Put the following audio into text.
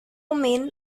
man